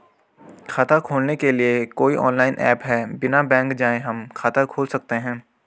खाता खोलने के लिए कोई ऑनलाइन ऐप है बिना बैंक जाये हम खाता खोल सकते हैं?